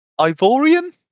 Ivorian